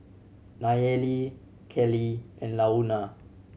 Nayeli Kellee and Launa